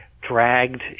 dragged